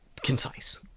concise